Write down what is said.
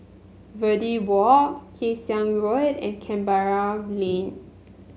Verde Walk Kay Siang Road and Canberra Lane